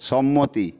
সম্মতি